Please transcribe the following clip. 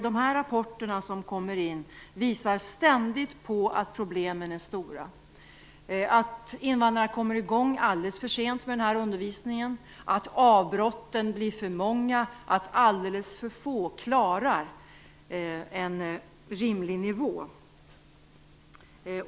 De rapporter som kommer in visar nämligen ständigt att problemen är stora; att invandrare kommer i gång alldeles för sent med undervisningen, att avbrotten blir för många och att alldeles för få klarar en rimlig nivå.